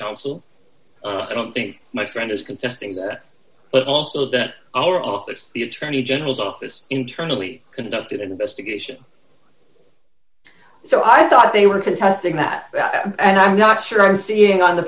counsel i don't think my friend is contesting that but also that our office the attorney general's office internally conducted an investigation so i thought they were contesting that and i'm not sure i'm seeing on the